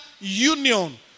union